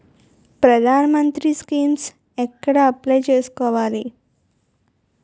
ప్రధాన మంత్రి స్కీమ్స్ ఎక్కడ అప్లయ్ చేసుకోవాలి?